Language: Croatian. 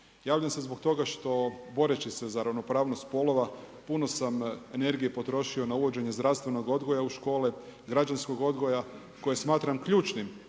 Javljam se zbog toga što boreći se za ravnopravnost spolova, puno sam energije potrošio na uvođenje zdravstvenog odgoja u škole, građanskog odgoja koje smatram ključnim